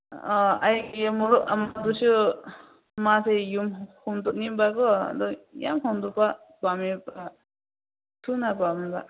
ꯑꯩꯒꯤ ꯃꯔꯨꯞ ꯑꯃꯒꯁꯨ ꯃꯥꯁꯦ ꯌꯨꯝ ꯍꯣꯡꯗꯣꯛꯅꯤꯡꯕꯀꯣ ꯑꯗꯣ ꯌꯥꯝ ꯍꯣꯡꯗꯣꯛꯄ ꯄꯥꯝꯃꯦꯕ ꯊꯨꯅ ꯄꯥꯝꯃꯦꯕ